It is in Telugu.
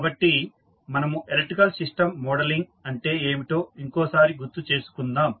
కాబట్టి మనము ఎలక్ట్రికల్ సిస్టం మోడలింగ్ అంటే ఏమిటో ఇంకోసారి గుర్తు చేసుకుందాం